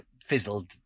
fizzled